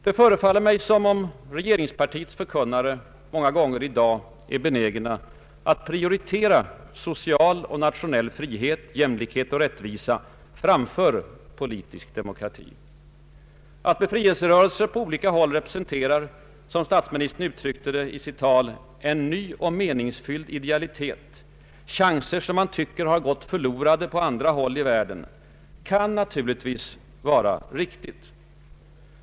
Det förefaller mig som om regeringspartiets förkunnare många gånger i dagens läge är benägna att prioritera social och nationell frihet, jämlikhet och rättvisa framför politisk demokrati. Att befrielserörelser på olika håll representerar — som statsministern uttryckte det i sitt tal — en ny och meningsfylld idealitet, chanser som man tycker har gått förlorade på andra håll i världen, kan naturligtvis vara riktigt.